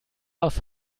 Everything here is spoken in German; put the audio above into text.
aus